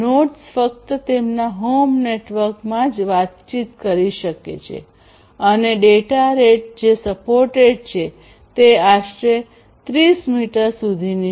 nodes ફક્ત તેમના home નેટવર્કમાં જ વાતચીત કરી શકે છે અને ડેટા રેટ જે સપોર્ટેડ છે તે આશરે 30 મીટર સુધીની છે